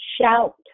shout